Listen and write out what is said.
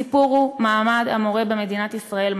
הסיפור הוא מעמד המורה במדינת ישראל,